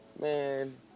Man